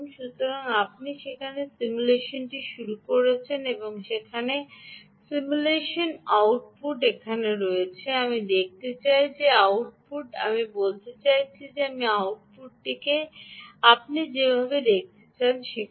সুতরাং আপনি সেখানে সিমুলেশনটি শুরু করেছেন এখানে সিমুলেশন আউটপুট এখানে রয়েছে আমি দেখতে চাই এই আউটপুটটি আমি বলতে চাই যে আমি আউটপুটটি আপনি দেখতে চান সেখানে